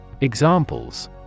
Examples